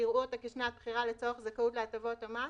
שיראו אותה כשנת בחירה לצורך זכאות להטבות המס.